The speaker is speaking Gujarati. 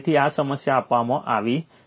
તેથી આ સમસ્યા આપવામાં આવી છે